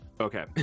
Okay